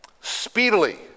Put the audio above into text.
speedily